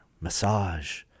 massage